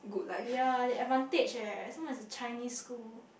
ye the advantage eh somemore it's a Chinese school